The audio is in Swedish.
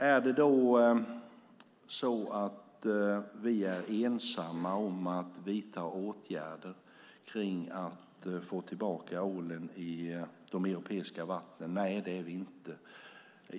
Är det då så att vi i Sverige är ensamma om att vidta åtgärder för att få tillbaka ålen i de europeiska vattnen? Nej, det är vi inte.